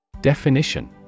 Definition